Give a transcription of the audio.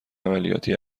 عملیاتی